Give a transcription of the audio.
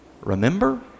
remember